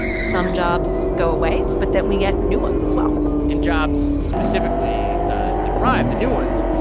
some jobs go away, but that we get new ones as well and jobs specifically that arrive, the new ones,